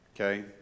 Okay